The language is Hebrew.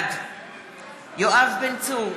בעד יואב בן צור,